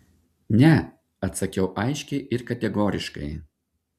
ne atsakau aiškiai ir kategoriškai